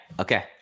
Okay